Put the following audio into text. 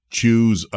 choose